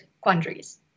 quandaries